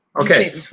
Okay